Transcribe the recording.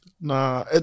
Nah